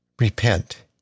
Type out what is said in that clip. Repent